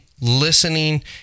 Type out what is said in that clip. listening